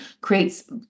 creates